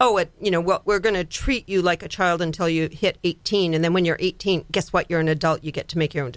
oh it you know what we're going to treat you like a child until you hit eighteen and then when you're eighteen guess what you're an adult you get to make your own